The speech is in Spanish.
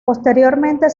posteriormente